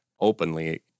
openly